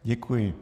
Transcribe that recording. Děkuji.